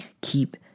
Keep